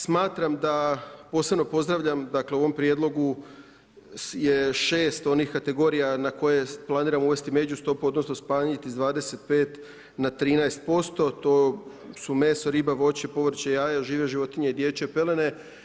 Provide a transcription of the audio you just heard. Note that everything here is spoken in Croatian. Smatram da, posebno pozdravljam dakle u ovom prijedlogu je 6 onih kategorija n koje planiramo uvesti međustopu odnosno smanjiti sa 25 na 13%, to su meso, riba, voće, povrće, jaja, žive životinje i dječje pelene.